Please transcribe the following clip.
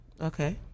Okay